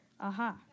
Aha